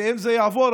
ואם זה יעבור,